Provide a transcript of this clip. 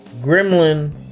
Gremlin